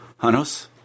Hanos